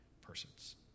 persons